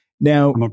Now